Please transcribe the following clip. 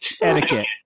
etiquette